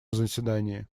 заседании